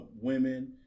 Women